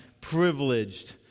privileged